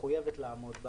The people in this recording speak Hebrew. מחויבת לעמוד בה.